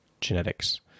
genetics